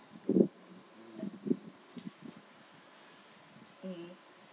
mm